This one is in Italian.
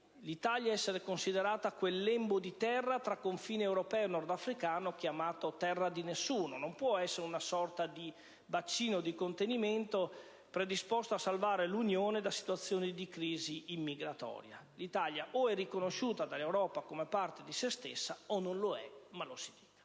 certo essere considerata quel lembo di terra tra confine europeo e nordafricano chiamato terra di nessuno; non può essere una sorta di bacino di contenimento predisposto a salvare l'Unione da situazioni di crisi migratoria. L'Italia o è riconosciuta dall'Europa come parte di se stessa o non lo è, ma allora lo si dica.